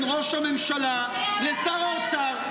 שאין סיכומים בין ראש הממשלה לשר האוצר,